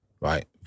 right